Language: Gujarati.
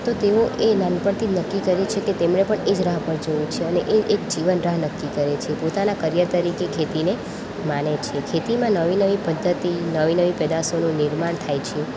તો તેઓ એ નાનપણથી જ નક્કી કરે છે કે તેમને પણ એ જ રાહ પર જવું છે અને એ એક જીવન રાહ નક્કી કરે છે પોતાના કરિયર તરીકે ખેતીને માને છે ખેતીમાં નવી નવી પદ્ધતિ નવી નવી પેદાશોનું નિર્માણ થાય છે